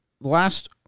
Last